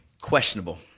Questionable